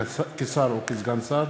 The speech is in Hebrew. כשר או כסגן שר